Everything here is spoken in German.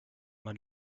man